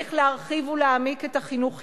צריך להרחיב ולהעמיק את החינוך חינם,